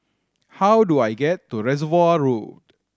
how do I get to Reservoir Road